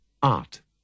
Art